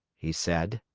he said,